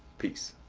peace.